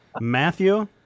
Matthew